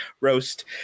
roast